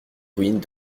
ruines